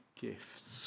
gifts